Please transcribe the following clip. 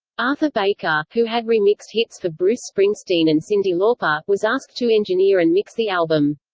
arthur baker, who had remixed hits for bruce springsteen and cyndi lauper, was asked to engineer and mix the album.